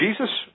Jesus